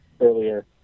earlier